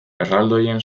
erraldoien